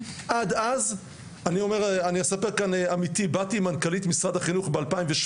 אני יצאתי עם מנכ"לית משרד החינוך ב-2017,